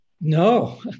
No